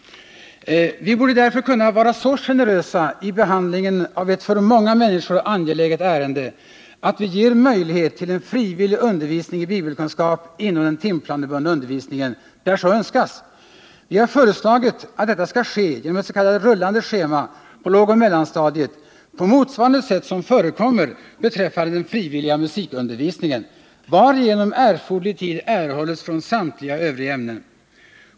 Vi borde därför kunna vara så generösa i behandlingen av ett för många människor angeläget ärende, att vi ger möjlighet till en frivillig undervisning i bibelkunskap inom den timplanebundna undervisningen, där så önskas. Vi har föreslagit att detta skall ske genom etts.k. rullande schema på lågoch mellanstadiet på motsvarande sätt som förekommer beträffande den frivilliga musikundervisningen, varigenom erforderlig tid erhålles från samtliga övriga ämnen.